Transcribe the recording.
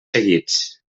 seguits